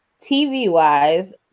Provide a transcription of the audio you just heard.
TV-wise